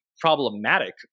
problematic